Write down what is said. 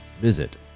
visit